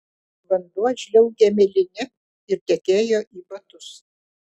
vanduo žliaugė miline ir tekėjo į batus